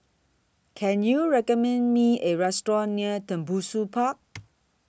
Can YOU recommend Me A Restaurant near Tembusu Park